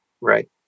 Right